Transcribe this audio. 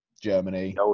Germany